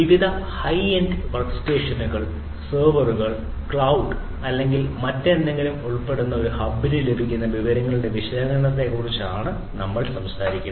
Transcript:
വിവിധ high end വർക്ക്സ്റ്റേഷനുകൾ സെർവറുകൾ ക്ലൌഡ് അല്ലെങ്കിൽ മറ്റേതെങ്കിലും ഉൾപ്പെടുന്ന ഒരു ഹബ്ബിന് ലഭിക്കുന്ന വിവരങ്ങളുടെ വിശകലനത്തെക്കുറിച്ചാണ് നമ്മൾ സംസാരിക്കുന്നത്